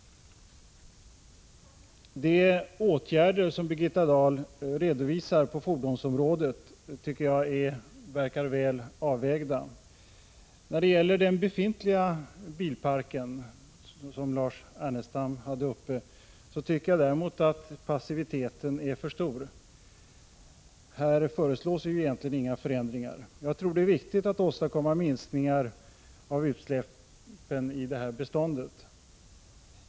De åtgärder som Birgitta Dahl redovisar på fordonsområdet tycker jag verkar väl avvägda. När det gäller den befintliga bilparken, som Lars Ernestam talade om, tycker jag däremot att passiviteten är för stor. Här 75 föreslås ju egentligen inga förändringar. Jag tror det är viktigt att man åstadkommer minskning av utsläppen från detta bestånd.